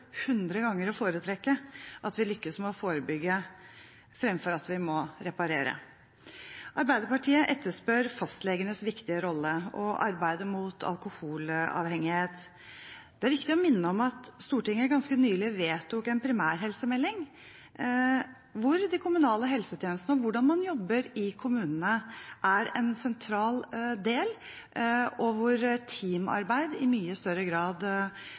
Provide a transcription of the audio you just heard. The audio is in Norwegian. ganger å foretrekke at vi lykkes med å forebygge, fremfor at vi må reparere. Arbeiderpartiet etterspør fastlegenes viktige rolle og arbeidet mot alkoholavhengighet. Det er viktig å minne om at Stortinget ganske nylig vedtok en primærhelsemelding hvor de kommunale helsetjenestene og hvordan man jobber i kommunene er en sentral del, og hvor teamarbeid i mye større grad